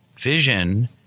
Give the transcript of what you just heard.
vision